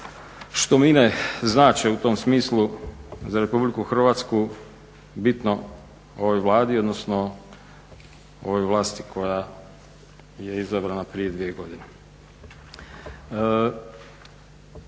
što mine znače u tom smislu za RH bitno ovoj Vladi odnosno ovoj vlasti koja je izabrana prije dvije godine.